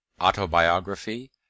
Autobiography